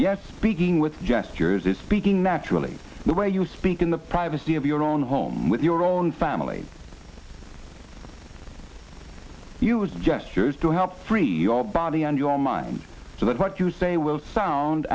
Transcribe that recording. yet speaking with gestures is speaking naturally the way you speak in the privacy of your own home with your own family use gestures to help free your body and your mind so that what you say will sound